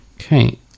Okay